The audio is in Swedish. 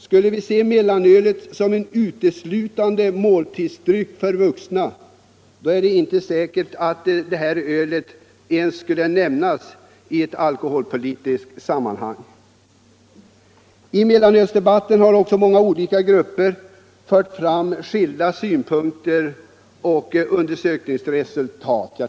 Skulle vi se mellanölet som uteslutande en måltidsdryck för vuxna, är det inte säkert att mellanölet sku!le nämnas ens i ett alkoholpolitiskt sammanhang. I mellanölsdebatten har många olika grupper fört fram skilda synpunkter och undersökningsresultat.